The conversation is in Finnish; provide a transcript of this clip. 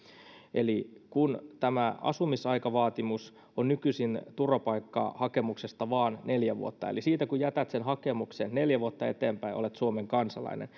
eli kun tämä asumisaikavaatimus on nykyisin turvapaikkahakemuksesta vain neljä vuotta eli siitä kun jätät sen hakemuksen neljä vuotta eteenpäin olet suomen kansalainen